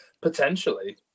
potentially